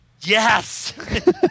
yes